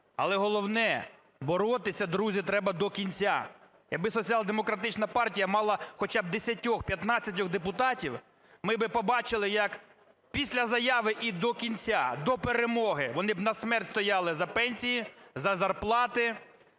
але головне – боротися, друзі, треба до кінця. Якби Соціал-демократична партія мала б хоча б 10-15 депутатів, ми би побачили, як після заяви і до кінця, до перемоги вони б на смерть стояли за пенсії, за зарплати,